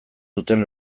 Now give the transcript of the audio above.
duten